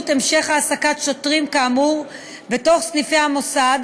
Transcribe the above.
המשך העסקת שוטרים כאמור בתוך סניפי המוסד,